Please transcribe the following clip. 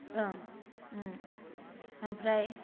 ओं ओम ओमफ्राय